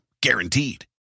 Guaranteed